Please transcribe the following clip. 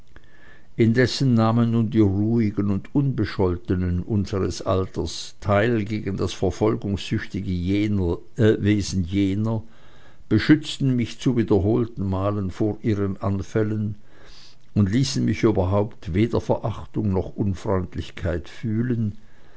indessen nahmen nun die ruhigen und unbescholtenen unseres alters teil gegen das verfolgungssüchtige wesen jener beschützten mich zu wiederholten malen vor ihren anfällen und ließen mich überhaupt weder verachtung noch unfreundlichkeit fahlen